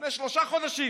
לפני שלושה חודשים,